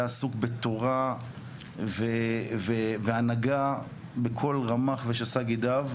היה עסוק בתורה והנהגה בכל רמ"ח ושס"ה גידיו,